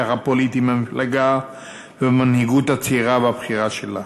הפוליטיים במפלגה ובמנהיגות הצעירה והבכירה שלה.